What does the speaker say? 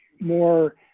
more